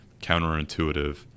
counterintuitive